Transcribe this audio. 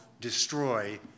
destroy